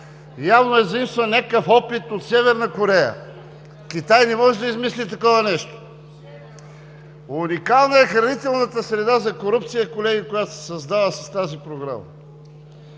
Явно е заимстван някакъв опит от Северна Корея. Китай не може да измисли такова нещо. Уникална е хранителната среда за корупция, колеги, която се създава с тази Програма.